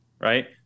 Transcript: right